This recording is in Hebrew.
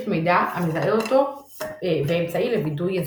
מידע המזהה אותו ואמצעי לווידוא הזיהוי.